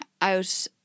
out